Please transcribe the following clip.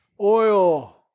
oil